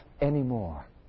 anymore